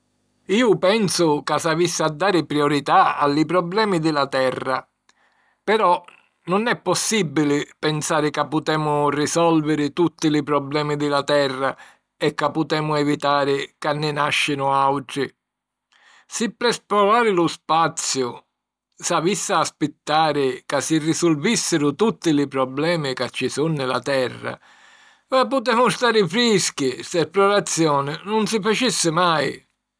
Iu pensu ca s'avissi a dari priorità a li problemi di la terra. Però nun è possìbili pensari ca putemu risòlviri tutti li problemi di la terra e ca putemu evitari ca nni nàscinu àutri. Si p'esplorari lu spaziu s'avissi a aspittari ca si risulvìssiru tutti li problemi ca ci su' nni la terra, ah! putemu stari frischi: st'esplorazioni nun si facissi mai...